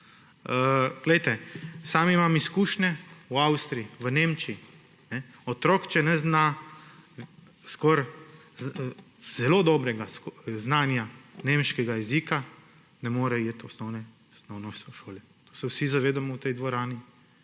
Sam imam izkušnje v Avstriji, v Nemčiji; otrok, če ne zna skoraj zelo dobro nemškega jezika, ne more iti v osnovne šole. Tega se vsi zavedamo v tej dvorani.